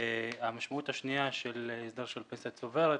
והמשמעות השנייה של הסדר של פנסיה צוברת,